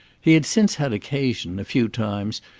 he had since had occasion, a few times,